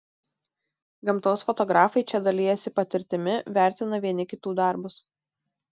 gamtos fotografai čia dalijasi patirtimi vertina vieni kitų darbus